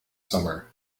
summer